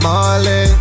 Marley